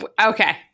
okay